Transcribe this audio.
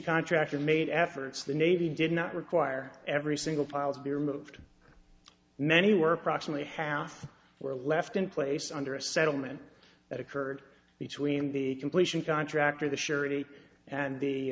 contractor made efforts the navy did not require every single files be removed many were approximately half were left in place under a settlement that occurred between the completion contractor the